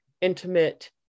intimate